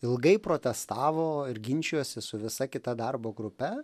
ilgai protestavo ir ginčijosi su visa kita darbo grupe